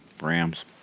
Rams